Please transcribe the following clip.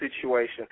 situation